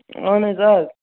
اَہَن حظ آ